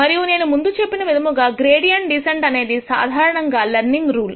మరియు నేను ముందు చెప్పిన విధముగా గ్రేడియంట్ డీసెంట్ అనేది సాధారణంగా లెర్నింగ్ రూల్